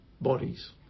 bodies